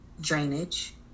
drainage